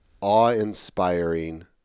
awe-inspiring